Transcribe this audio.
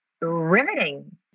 riveting